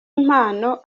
impamo